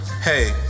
hey